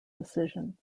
decision